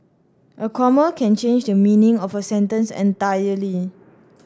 a comma can change the meaning of a sentence entirely